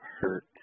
hurt